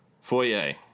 Foyer